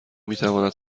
میتواند